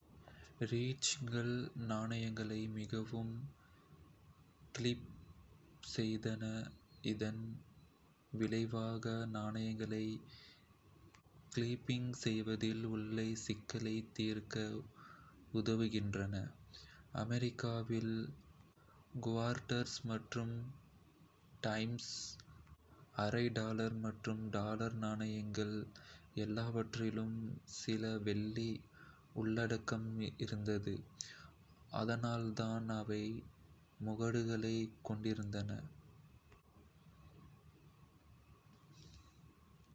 ரிட்ஜ்கள் நாணயங்களை மிகவும் கிளிப்-ப்ரூஃப் செய்தன, இதன் விளைவாக, நாணயங்களை கிளிப்பிங் செய்வதில் உள்ள சிக்கலை தீர்க்க உதவுகின்றன. அமெரிக்காவில், குவார்ட்டர்ஸ் மற்றும் டைம்ஸ், அரை டாலர்கள் மற்றும் டாலர் நாணயங்கள், எல்லாவற்றிலும் சில வெள்ளி உள்ளடக்கம் இருந்தது, அதனால்தான் அவை முகடுகளைக் கொண்டிருந்தன - கிளிப்பிங்கை நிறுத்த.